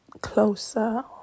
closer